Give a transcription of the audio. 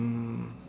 um